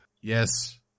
yes